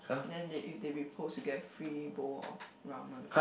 then they if they repose you get a free bowl of ramen